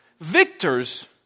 victors